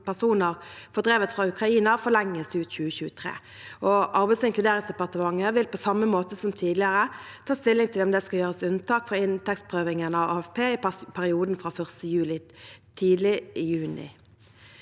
fordrevet fra Ukraina, forlenges ut 2023. Arbeids- og inkluderingsdepartementet vil på samme måte som tidligere ta stilling til om det skal gjøres unntak fra inntektsprøvingen av AFP i perioden fra 1. juli, tidlig i juni.